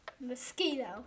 Mosquito